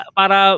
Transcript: para